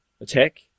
attack